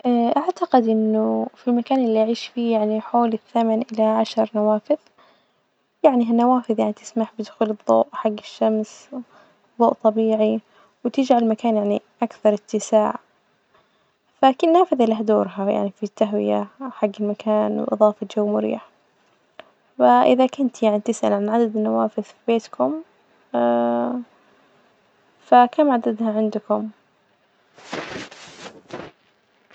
أعتقد إنه في المكان اللي أعيش فيه يعني حوالي الثمن إلى عشر نوافذ، يعني هالنوافذ يعني تسمح بدخول الضوء حج الشمس، ظوء طبيعي، وتجعل المكان يعني أكثر إتساع، فكل نافذة لها دورها يعني في التهوية حج المكان وإظافة جو مريح، فإذا كنت يعني تسأل عن عدد النوافذ في بيتكم فكم عددها عندكم?